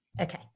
Okay